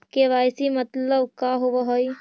KYC मतलब का होव हइ?